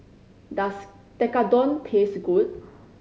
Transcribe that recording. does Tekkadon taste good